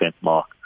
mark